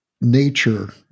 nature